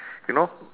you know